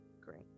Great